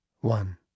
One